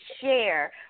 share